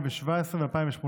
הכול בסדר.